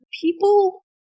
people